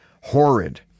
horrid